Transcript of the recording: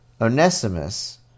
Onesimus